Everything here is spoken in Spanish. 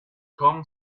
cum